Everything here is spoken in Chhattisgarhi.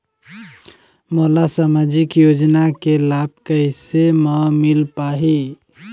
मोला सामाजिक योजना के लाभ कैसे म मिल पाही?